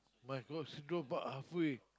my girl she dropout halfway